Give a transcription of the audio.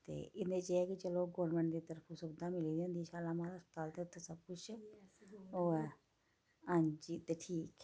ते एह्दे च एह् ऐ कि चलो गोरमैंट दी तरफा सुविधां मिली दियां होंदियां शालामार अस्तपताल ते उत्थैं सब कुछ ओह् ऐ हां जी ते ठीक ऐ